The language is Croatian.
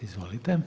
Izvolite.